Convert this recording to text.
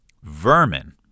Vermin